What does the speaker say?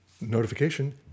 notification